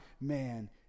man